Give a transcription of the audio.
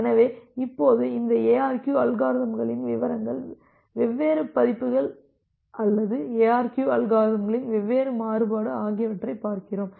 எனவே இப்போது இந்த எஆர்கியு அல்காரிதம்களின் விவரங்கள் வெவ்வேறு பதிப்புகள் அல்லது எஆர்கியு அல்காரிதம்களின் வெவ்வேறு மாறுபாடு ஆகியவற்றைப் பார்க்கிறோம்